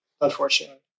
Unfortunately